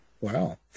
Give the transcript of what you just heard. Wow